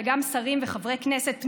וגם שרים וחברי כנסת,